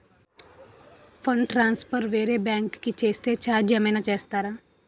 Fund transfer వేరే bank కి చేస్తే ఛార్జ్ ఏమైనా వేస్తారా?